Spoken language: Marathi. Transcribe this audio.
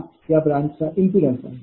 हा या ब्रांचचा इम्पिडन्स आहे